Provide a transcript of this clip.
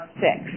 six